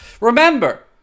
remember